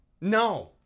No